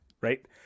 right